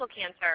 cancer